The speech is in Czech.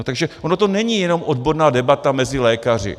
Takže ono to není jenom odborná debata mezi lékaři.